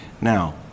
now